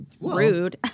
Rude